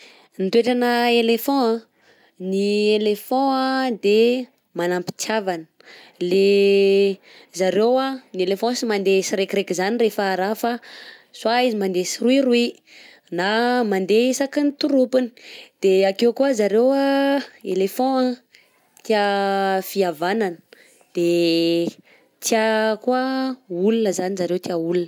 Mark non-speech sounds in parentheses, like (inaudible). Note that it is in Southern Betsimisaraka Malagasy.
Ny toetrana éléphant, ny éléphant de manam-pitiavana, le (hesitation) zareo an ny éléphant tsy mandeha sirekireky zany rehefa raha fa soit izy mandeha siroiroy na mandeha isakin'ny tropiny, de akeo koà zareo a éléphant tià fihavanana, de tià koa olona zany zareo tia olona.